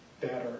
better